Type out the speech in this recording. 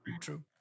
true